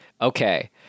Okay